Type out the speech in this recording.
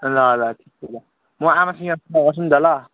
ल ल त्यस्तै ल म आमासँग कुरा गर्छु नि त ल